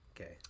Okay